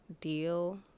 deal